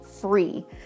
free